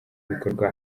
ibikorwa